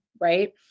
right